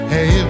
Hey